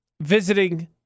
visiting